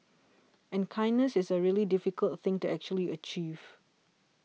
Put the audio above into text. and kindness is a really difficult thing to actually achieve